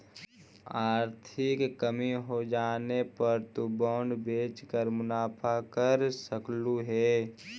आर्थिक कमी होजाने पर तु बॉन्ड बेचकर मुनाफा कम कर सकलु हे